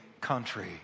country